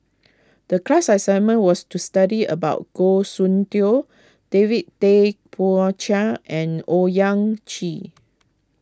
the class assignment was to study about Goh Soon Tioe David Tay Poey Cher and Owyang Chi